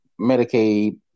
Medicaid